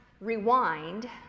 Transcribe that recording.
rewind